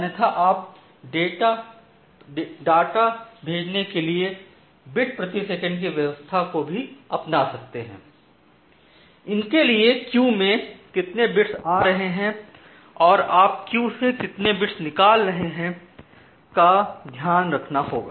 अन्यथा आप डाटा भेजने के लिए बिट प्रति सेकंड कि व्यवस्था को भी अपना सकते हैं इनके लिए क्यू में कितने बिट्स आ रहे हैं और आप क्यू से कितने बिट्स निकाल रहे हैं का दयां रखना होगा